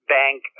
bank